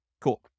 Cool